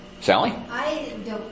Sally